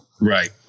right